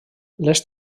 les